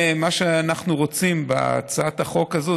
מה שאנחנו רוצים בהצעת החוק הזאת,